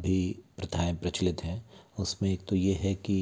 अभी प्रथाएं प्रचलित हैं उस में एक तो ये है कि